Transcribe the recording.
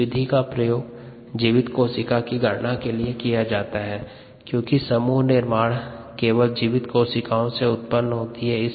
इस विधि का प्रयोग जीवित कोशिका की गणना के लिए किया जा सकता है क्योंकि समूह निर्माण केवल जीवित कोशिकाओं से उत्पन्न होती है